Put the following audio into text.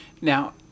Now